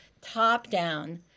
top-down